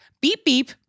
beep-beep